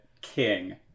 king